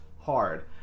hard